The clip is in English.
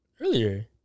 Earlier